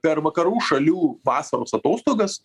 per vakarų šalių vasaros atostogas